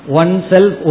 oneself